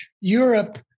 europe